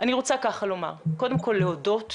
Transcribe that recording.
אני רוצה קודם כל להודות